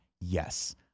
Yes